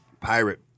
pirate